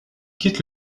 quitte